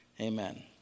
amen